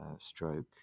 stroke